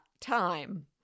time